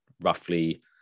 roughly